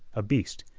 a beast.